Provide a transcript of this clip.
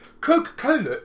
Coca-Cola